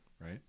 Right